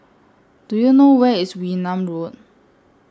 Do YOU know Where IS Wee Nam Road